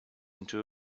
into